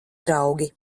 draugi